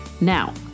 Now